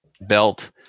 belt